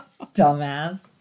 Dumbass